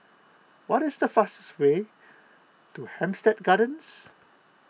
what is the fastest way to Hampstead Gardens